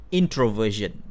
introversion